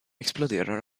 exploderar